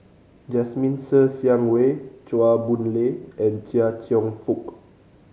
Jasmine Ser Xiang Wei Chua Boon Lay and Chia Cheong Fook